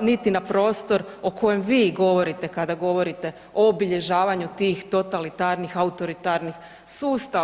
niti na prostor o kojem vi govorite kada govorite o obilježavanju tih totalitarnih, autoritarnih sustava.